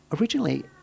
originally